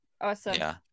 awesome